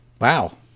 Wow